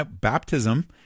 baptism